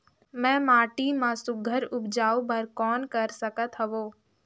मैं माटी मा सुघ्घर उपजाऊ बर कौन कर सकत हवो?